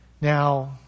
Now